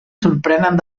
sorprenen